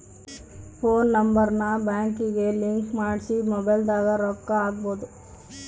phone number ನ ಬ್ಯಾಂಕಿಗೆ link ಮಾಡ್ಸಿ ಮೊಬೈಲದಾಗ ರೊಕ್ಕ ಹಕ್ಬೊದು